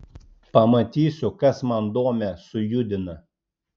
pamatysiu kas man domę sujudina